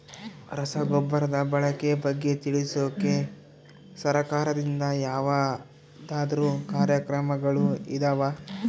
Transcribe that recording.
ರಸಗೊಬ್ಬರದ ಬಳಕೆ ಬಗ್ಗೆ ತಿಳಿಸೊಕೆ ಸರಕಾರದಿಂದ ಯಾವದಾದ್ರು ಕಾರ್ಯಕ್ರಮಗಳು ಇದಾವ?